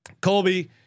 Colby